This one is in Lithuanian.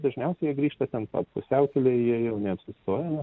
dažniausiai jie grįžta ten pat pusiaukelėj jie jau neapsistoja